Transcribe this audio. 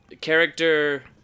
character